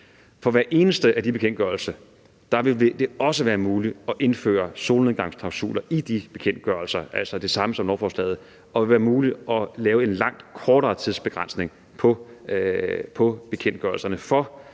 For hver eneste af de bekendtgørelser vil det også være muligt at indføre solnedgangsklausuler, altså det samme som i lovforslaget, og det vil være muligt at lave en langt kortere tidsbegrænsning på bekendtgørelserne,